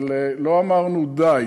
אבל לא אמרנו די.